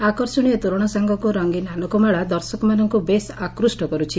ଆକର୍ଷଣୀୟ ତୋରଣ ସାଙ୍ଗକୁ ରଙ୍ଗୀନ ଆଲୋକମାଳା ଦର୍ଶକମାନଙ୍କୁ ବେଶ୍ ଆକୃଷ କରୁଛି